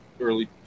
early